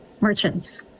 merchants